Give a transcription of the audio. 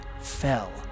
fell